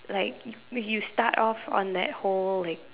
like you start off on that whole like